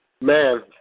Man